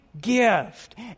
gift